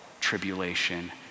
tribulation